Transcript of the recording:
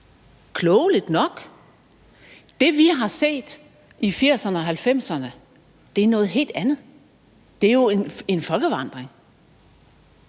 klogeligt nok. Det, vi har set i 1980'erne og 1990'erne, er noget helt andet; det er jo en folkevandring,